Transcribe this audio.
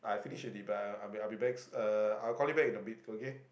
I finish already but I'm I'll be back uh I will call you back in a bit okay